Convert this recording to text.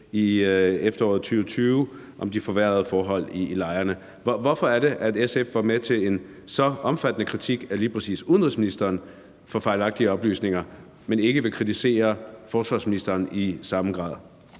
i efteråret 2020 om de forværrede forhold i lejrene. Hvorfor var det, at SF var med til at give en så omfattende kritik af lige præcis udenrigsministeren for at give fejlagtige oplysninger, men ikke vil kritisere forsvarsministeren i samme grad?